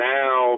now